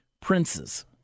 Princes